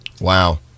wow